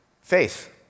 Faith